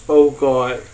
oh god